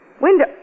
Window